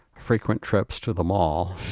frequent trips to the mall.